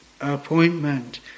appointment